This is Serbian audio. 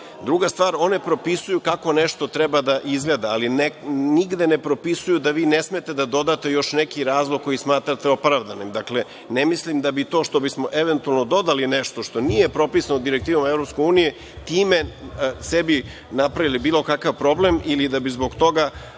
Druga stvar, one propisuju kako nešto treba da izgleda ali nigde ne propisuju da vi ne smete da dodate još neki razlog koji smatrate opravdanim. Dakle, ne mislim da bi to što bismo eventualno dodali nešto što nije propisano direktivama EU time sebi napravili bilo kakav problem ili da bi zbog toga